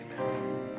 Amen